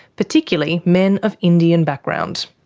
particularly men of indian background.